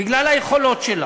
בגלל היכולות שלה,